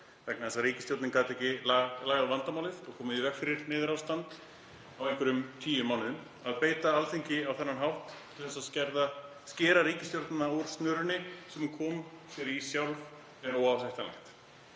vegna þess að ríkisstjórnin gat ekki lagað vandamálið og komið í veg fyrir neyðarástand á tíu mánuðum, að beita Alþingi á þennan hátt til að skera ríkisstjórnina úr snörunni sem hún kom sér í sjálf, er óásættanlegt.